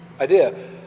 idea